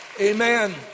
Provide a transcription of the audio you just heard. Amen